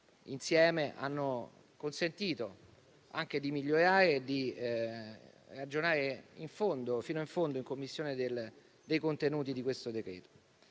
insieme hanno consentito di migliorare il testo e di ragionare fino in fondo in Commissione sui contenuti di questo decreto.